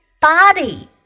body